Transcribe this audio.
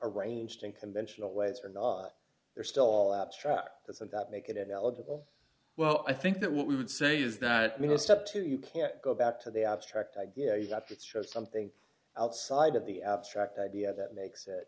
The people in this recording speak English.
arranged in conventional ways or not they're still abstract doesn't that make it eligible well i think that what we would say is that you know step two you can't go back to the abstract idea you have to show something outside of the abstract idea that makes it